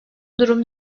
durum